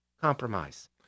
Compromise